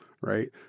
right